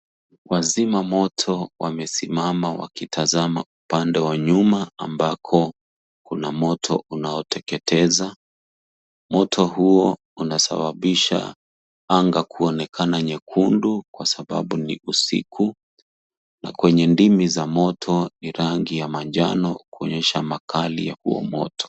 Wazima moto wamesimama wakitazama upande wa nyuma ambako kuna moto unaoteketeza. Moto huo unasababisha anga kuonekena nyekundu kwa sababu ni usiku na kwenye ndimi za moto, ni rangi ya manjano, kuonyesha makali wa huo moto.